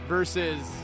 Versus